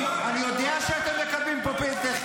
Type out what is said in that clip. ------ אני יודע שאתם מקבלים פה פנסיה,